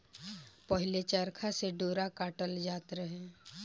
पहिले चरखा से डोरा काटल जात रहे